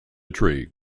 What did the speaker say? tree